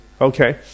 Okay